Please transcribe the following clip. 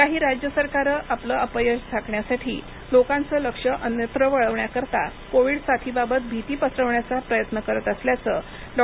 काही राज्य सरकारं आपलं अपयश झाकण्यासाठी लोकांचं लक्ष अन्यत्र वळवण्याकरिता कोविड साथी बाबत भीती पसरवण्याचा प्रयत्न करत असल्याचं डॉ